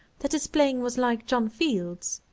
that his playing was like john field's.